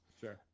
Sure